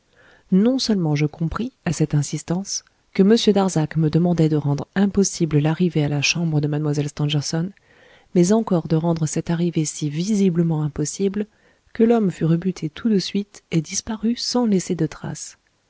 non seulement je compris à cette insistance que m darzac me demandait de rendre impossible l'arrivée à la chambre de mlle stangerson mais encore de rendre cette arrivée si visiblement impossible que l'homme fût rebuté tout de suite et disparût sans laisser de trace